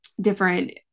different